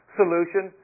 solution